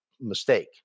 mistake